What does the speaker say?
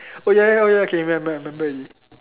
oh ya ya okay I remember I remember already